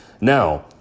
Now